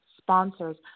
sponsors